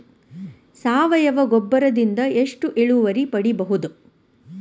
ಸಾವಯವ ಗೊಬ್ಬರದಿಂದ ಎಷ್ಟ ಇಳುವರಿ ಪಡಿಬಹುದ?